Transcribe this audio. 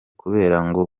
kubera